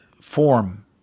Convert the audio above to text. form